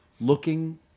looking